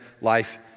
life